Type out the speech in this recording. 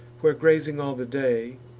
where grazing all the day,